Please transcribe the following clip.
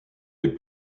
les